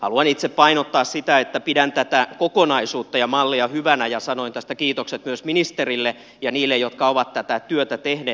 haluan itse painottaa sitä että pidän tätä kokonaisuutta ja mallia hyvänä ja sanoin tästä kiitokset myös ministerille ja niille jotka ovat tätä työtä tehneet